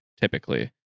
typically